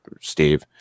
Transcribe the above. Steve